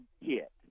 hit